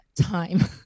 time